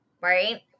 right